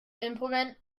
implement